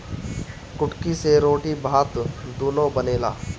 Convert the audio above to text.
कुटकी से रोटी भात दूनो बनेला